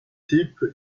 type